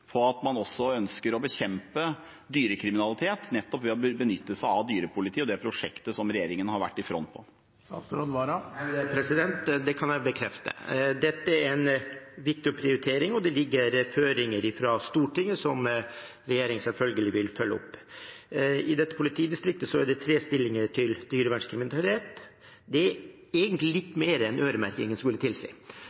på ønsket om også å bekjempe dyrekriminalitet, nettopp ved å benytte seg av dyrepoliti og det prosjektet som regjeringen har vært i front på? Det kan jeg bekrefte. Dette er en viktig prioritering, og det ligger føringer fra Stortinget som regjeringen selvfølgelig vil følge opp. I dette politidistriktet er det tre stillinger knyttet til dyrevernskriminalitet – det er egentlig